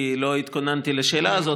כי לא התכוננתי לשאלה הזאת.